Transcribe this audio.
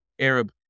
Arab